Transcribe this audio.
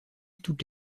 toutes